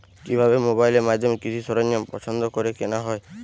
কিভাবে মোবাইলের মাধ্যমে কৃষি সরঞ্জাম পছন্দ করে কেনা হয়?